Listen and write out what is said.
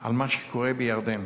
על מה שקורה בירדן.